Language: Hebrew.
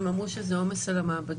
והם אמרו שזה עומס על המעבדות.